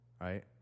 right